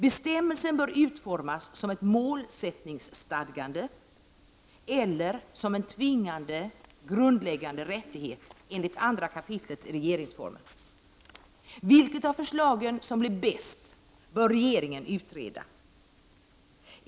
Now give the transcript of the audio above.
Bestämmelsen bör utformas som ett målsättningsstadgande eller som en tvingande grundläggande rättighet enligt 2 kap. i regeringsformen. Vilket av förslagen som blir bäst bör regeringen utreda.